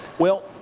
well,